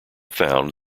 found